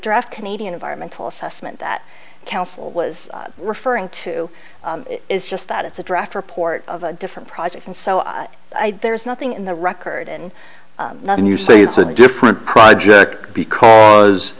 draft canadian environmental assessment that council was referring to is just that it's a draft report of a different project and so i there's nothing in the record and nothing you say it's a different project because